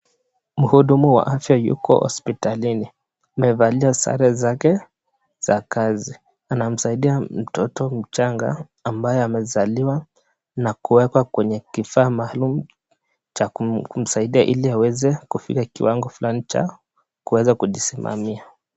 Mhudumu wa afya yupo hospitalini, amevalia sare zake za kazi, anamsaidia mtoto mchanga ambaye amezaliwa na kuwekwa kwenye kifaa maalum cha kumsaidia ili aweze kufika kiwango fulani cha kuwezakujisimamia.